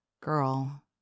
girl